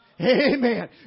amen